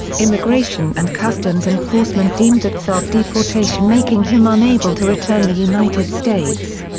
immigration and customs enforcement deemed that self-deportation making him unable to return the united states.